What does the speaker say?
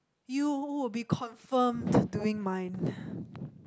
you will be confirmed doing mine